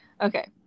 Okay